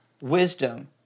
wisdom